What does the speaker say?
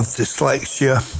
dyslexia